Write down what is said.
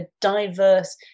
diverse